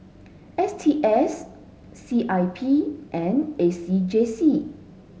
S T S C I P and A C J C